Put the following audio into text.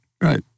right